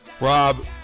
Rob